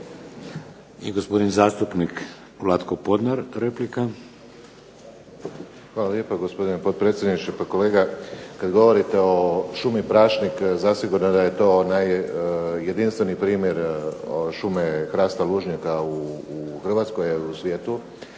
I gospodin zastupnik Vlatko Podnar, replika. **Podnar, Vlatko (SDP)** Hvala lijepa gospodine potpredsjedniče. Pa kolega kad govorite o šumi Prašnik, zasigurno da je to onaj jedinstveni primjer šume hrasta lužnjaka u Hrvatskoj, u svijetu.